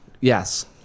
Yes